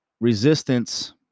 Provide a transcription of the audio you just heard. Resistance